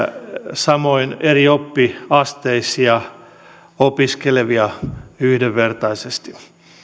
samoin eri oppiasteilla opiskelevia yhdenvertaisesti